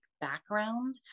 background